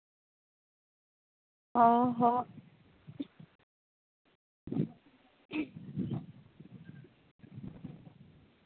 ᱚ ᱦᱚ